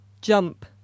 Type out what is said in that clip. jump